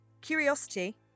Curiosity